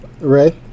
Ray